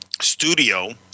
studio